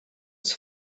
was